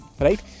Right